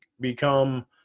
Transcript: become